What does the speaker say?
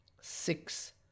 six